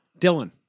Dylan